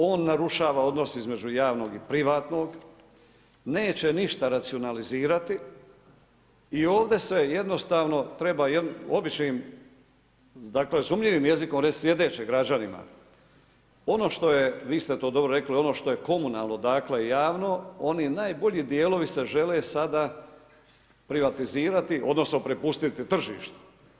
On narušava odnose između javnog i privatnog, neće ništa racionalizirati i ovdje se jednostavno treba običnim dakle razumljivim jezikom reći sljedeće građanima, vi ste to dobro rekli, ono što je komunalno dakle javno oni najbolji dijelovi se žele sada privatizirati odnosno prepustiti tržištu.